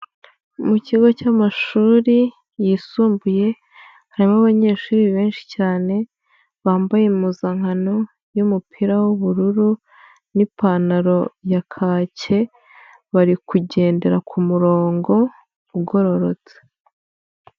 Mu kigo cy'amashuri yisumbuye, harimo abanyeshuri benshi cyane, bambaye impuzankano y'umupira w'ubururu n'ipantaro ya kake, bari kugendera ku murongo ugororotse.